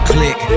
Click